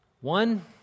One